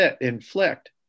inflict